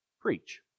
preach